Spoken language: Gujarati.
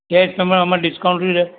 કે તમે આમાં ડિસ્કાઉન્ટ